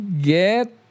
Get